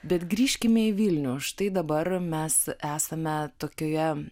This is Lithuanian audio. bet grįžkime į vilnių štai dabar mes esame tokioje